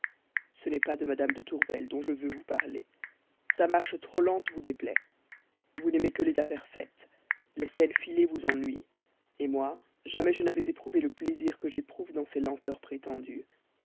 ce n'est pas de mme tourvel que je veux vous parler sa marche trop lente vous déplaît vous n'aimez que les affaires faites les scènes filées vous ennuient moi jamais je n'avais goûté le plaisir que j'éprouve dans ces lenteurs prétendues